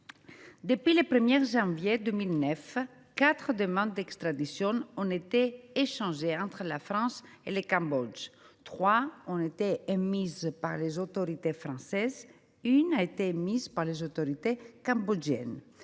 Depuis le 1 janvier 2009, quatre demandes d’extradition ont été échangées entre la France et le Cambodge : trois ont été émises par les autorités françaises, une par les autorités cambodgiennes.